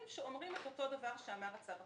שאומרים את אותו דבר שאמר הצו הקודם.